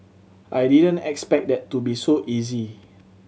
I didn't expect that to be so easy